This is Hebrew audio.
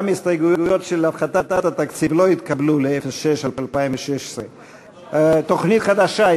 גם ההסתייגויות של הפחתת התקציב לא התקבלו ל-06 2016. תוכנית חדשה,